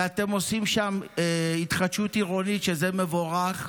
ואתם עושים שם התחדשות עירונית, שזה מבורך,